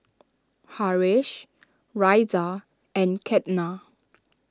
Haresh Razia and Ketna